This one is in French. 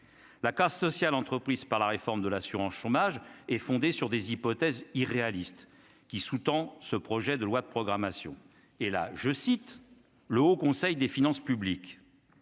la casse sociale entreprise par la réforme de l'assurance chômage et fondé sur des hypothèses irréalistes qui sous-tend ce projet de loi de programmation et là, je cite, le Haut Conseil des finances publiques,